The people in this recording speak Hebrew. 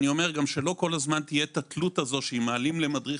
ושלא כל הזמן תהיה התלות הזאת שאם מעלים למדריך